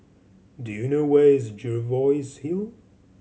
do you know where is Jervois Hill